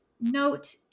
note